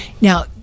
Now